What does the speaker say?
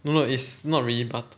no no it's not really butt~